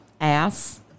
ass